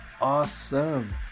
Awesome